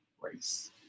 race